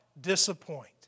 disappoint